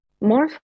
More